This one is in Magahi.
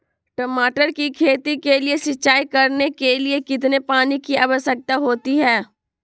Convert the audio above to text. टमाटर की खेती के लिए सिंचाई करने के लिए कितने पानी की आवश्यकता होती है?